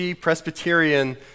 Presbyterian